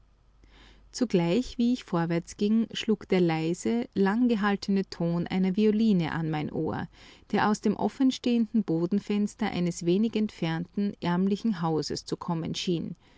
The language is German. zugleich wie ich vorwärtsging schlug der leise langgehaltene ton einer violine an mein ohr der aus dem offenstehenden bodenfenster eines wenig entfernten ärmlichen hauses zu kommen schien